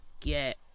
get